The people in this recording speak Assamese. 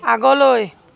আগলৈ